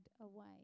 away